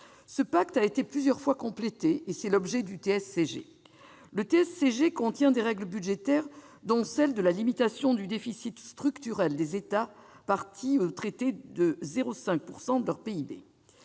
Ce pacte a été plusieurs fois complété, et c'est l'objet du TSCG. Ce dernier contient des règles budgétaires, dont celle de la limitation du déficit structurel des États parties au traité à 0,5 % de leur PIB.